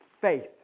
faith